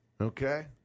Okay